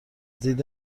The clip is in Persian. دید